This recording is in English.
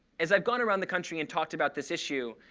as i've gone around the country and talked about this issue,